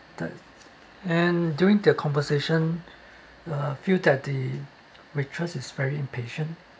that and during the conversation I feel that the waitress is very impatient